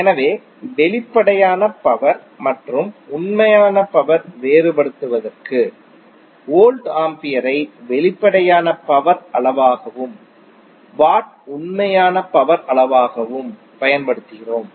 எனவே வெளிப்படையான பவர் மற்றும் உண்மையான பவர் வேறுபடுத்துவதற்கு வோல்ட் ஆம்பியரை வெளிப்படையான பவர் அளவாகவும் வாட் உண்மையான பவர் அளவாகவும் பயன்படுத்துகிறோம்